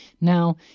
Now